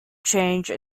change